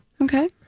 Okay